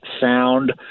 sound